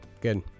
good